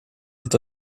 est